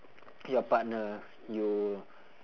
your partner you